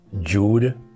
Jude